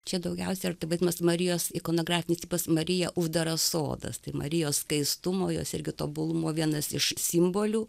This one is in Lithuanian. čia daugiausia yra taip vadinamas marijos ikonografinis tipas marija uždaras sodas tai marijos skaistumo jos irgi tobulumo vienas iš simbolių